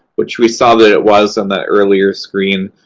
which we saw that it was on the earlier screen,